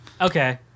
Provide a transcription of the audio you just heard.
Okay